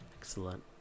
Excellent